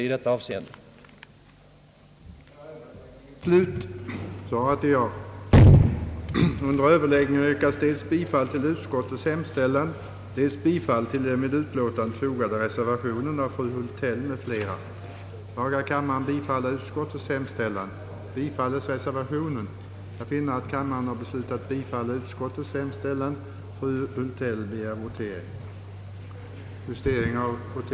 Härmed får jag anhålla om ledighet från riksdagsarbetet den 6 till den 7 mars 1968 för deltagande i sammanträde med Europarådets permanenta kommitté i Strasbourg.